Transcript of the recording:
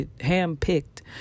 ham-picked